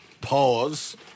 Pause